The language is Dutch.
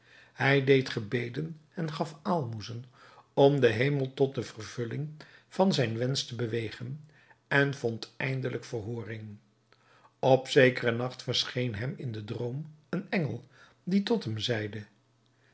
hij deed gebeden en gaf aalmoezen om den hemel tot de vervulling van zijn wensch te bewegen en vond eindelijk verhooring op zekeren nacht verscheen hem in den droom een engel die tot hem zeide